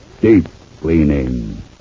Deep-cleaning